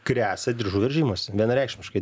gresia diržų veržimas vienareikšmiškai